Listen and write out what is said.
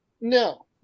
No